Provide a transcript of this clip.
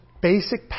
basic